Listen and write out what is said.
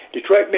Detroit